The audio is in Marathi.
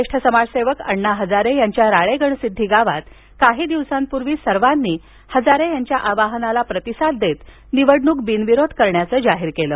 ज्येष्ठ समाजसेवक अण्णा हजारे यांच्या राळेगणसिद्धी गावात काही दिवसांपूर्वी सर्वांनी हजारे यांच्या आवाहनाला प्रतिसाद देत निवडणूक बिनविरोध करण्याचं जाहीर केलं